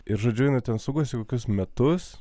ir žodžiu jinai ten sukasi kokius metus